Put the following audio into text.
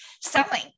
selling